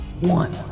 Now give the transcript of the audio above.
One